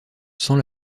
sans